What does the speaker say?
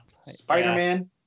spider-man